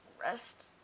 rest